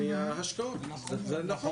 החוק